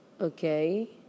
okay